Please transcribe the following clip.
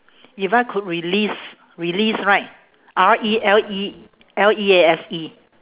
if I could release release right R E L E L E A S E